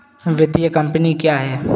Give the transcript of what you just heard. वित्तीय कम्पनी क्या है?